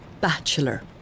bachelor